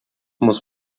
muss